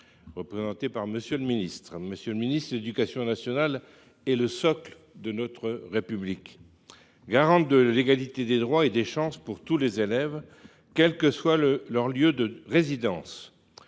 de l’éducation nationale. Monsieur le ministre, l’éducation nationale est le socle de notre République. Elle est garante de l’égalité des droits et des chances pour tous les élèves, quel que soit leur lieu de résidence.